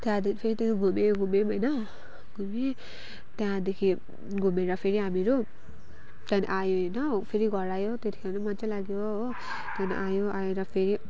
त्यहाँदेखि फेरि त्यहाँ घुम्यौँ घुम्यौँ होइन घुमेँ त्यहाँदेखि घुमेर फेरि हामीहरू त्यहाँदेखि आयो होइन फेरि घर आयो त्यतिखेर मज्जा लाग्यो हो त्यहाँदेखि आयो आएर फेरि